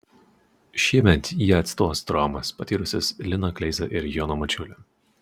šiemet jie atstos traumas patyrusius liną kleizą ir joną mačiulį